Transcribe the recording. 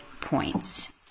points